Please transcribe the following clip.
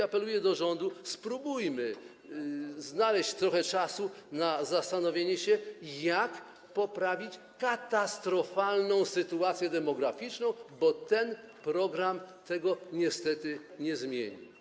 Apeluję do rządu - spróbujmy znaleźć trochę czasu na zastanowienie się, jak poprawić katastrofalną sytuację demograficzną, bo ten program tego niestety nie zmieni.